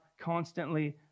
constantly